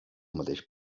mateix